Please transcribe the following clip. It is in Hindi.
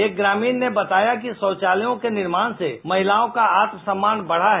एक ग्रामीण ने बताया कि शौचालयो के निर्माण से महिलाओं का आत्मसम्मान बढा है